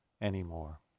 anymore